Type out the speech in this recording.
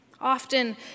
Often